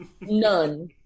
none